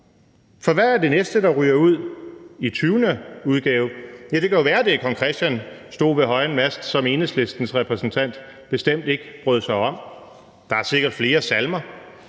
for hvad er det næste, der ryger ud i den 20. udgave? Det kan jo være, at det er »Kong Christian stod ved højen mast«, som Enhedslistens repræsentant bestemt ikke brød sig om. Der er sikkert flere salmer,